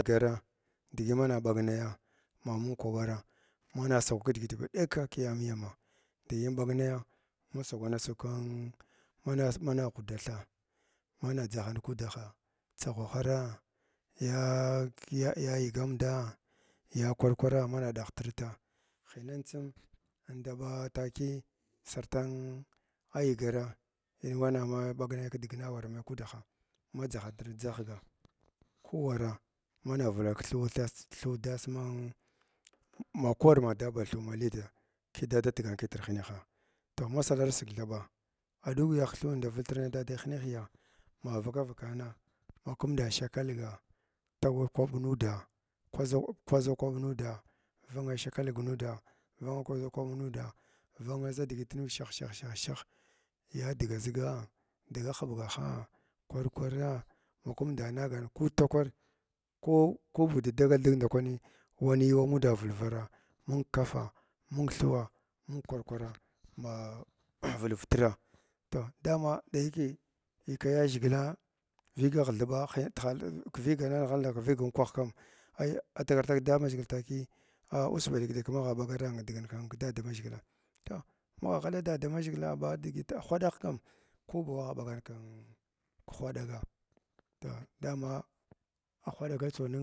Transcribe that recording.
Dgaraa digi mana ɓag naya a ma mung kwaɓara mana sagwa kidigit ba ɗekka kiyamiyama digi inɓag naya masagnina sagw kin mana sag, mana ghuda thing mana dʒahant kudaha tsaghwa hara, yaa kiga yayigamda ya kww kirka aɗahtrita. Hinan tsim inda ɓaa takiyi sartann yoogara in wana ma ɓag nayi kidigina awara mayi kudalia ma ndʒahantra dʒahga ku wara mana vular kthuwa thuts kthuwa das mang ma kuwar ma das bad thuw ma leda kiya da dan tigana ma heneh kitra toh, masavalsig thaba aɗugyagh kthuwi ndavultrnai dada hinehiya ma vaka vakana ma kuda shakalga tagawa kwaɓ nuda kwaʒa kwaʒa kwabl nuda vana shikalg nuda banga kwaʒa kwaɓ nuuda yana za digit nuɗ shahshashah ya dga ziga dga huɓgaha kwar kwarag ma kumda nagan ma ku takwar ko ko ba udi dagal dig nda kwani wani wa ba vulvara mung kafa mung thuwa mung kwar kwara ma vulvutra toh, dama dayake tika yaʒhigka viiga thiɓa hay hiyak vigagh kdamaghgl takiya a us ba ɗek-ɗeka ma gha ɓagara ba digin kin kdamaʒhala toh magha ghala dadamaʒhilgila ɓa digita ghwaɗag kan kobar bagh bagar kim khwa ɗaga toh dama ahwaɗaga tso ningu.